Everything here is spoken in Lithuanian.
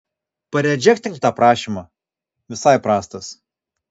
paredžektink tą prašymą visai prastas